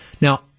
Now